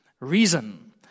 Reason